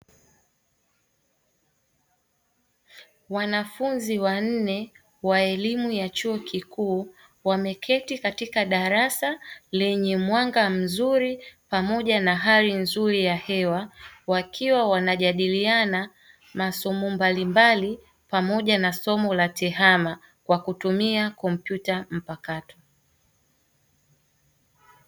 Wanafunzi wanne wa elimu ya chuo kikuu wameketi katika darasa lenye mwanga mzuri pamoja na hali nzuri ya hewa wakiwa wanajadiliana masomo mbalimbali pamoja na somo la TEHAMA kwa kutumia kompyuta mpakato.